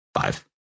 five